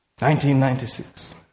1996